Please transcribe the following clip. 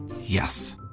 Yes